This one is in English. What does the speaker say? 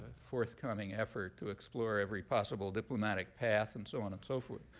forthcoming effort to explore every possible diplomatic path and so on and so forth.